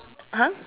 !huh!